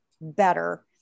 better